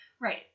Right